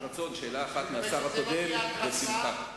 ברצון, שאלה אחת מהשר הקודם, בשמחה.